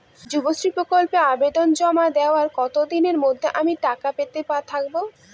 যুবশ্রী প্রকল্পে আবেদন জমা দেওয়ার কতদিনের মধ্যে আমি টাকা পেতে থাকব?